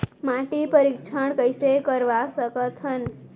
माटी परीक्षण कइसे करवा सकत हन?